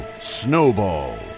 Snowball